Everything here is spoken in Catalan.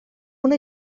una